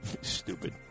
Stupid